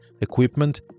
equipment